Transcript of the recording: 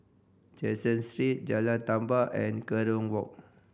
Caseen Street Jalan Tamban and Kerong Walk